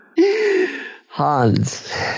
Hans